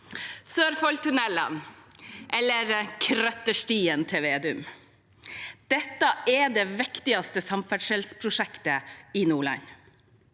Sørfoldtunnelene – eller krøtterstien til Vedum – er det viktigste samferdselsprosjektet i Nordland,